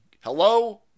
Hello